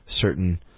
certain